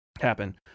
happen